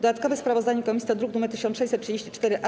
Dodatkowe sprawozdanie komisji to druk nr 1634-A.